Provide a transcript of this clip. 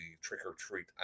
trick-or-treat